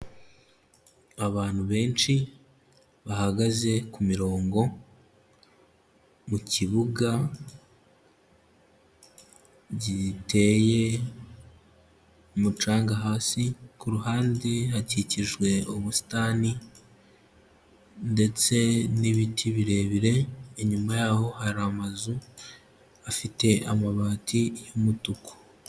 Abantu benshi bahagaze ku mirongo, mu kibuga, giteye mucanga hasi kuruhande hakikijwe ubusitani, ndetse n'ibiti birebire, inyuma yaho hari amazu afite amabati y'umutuku.